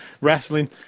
wrestling